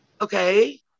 okay